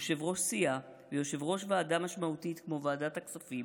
יושב-ראש סיעה ויושב-ראש ועדה משמעותית כמו ועדת הכספים